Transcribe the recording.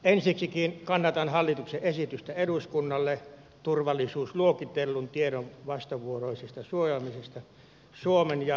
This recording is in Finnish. ensiksikin kannatan hallituksen esitystä eduskunnalle turvallisuusluokitellun tiedon vastavuoroisesta suojaamisesta suomen ja israelin välillä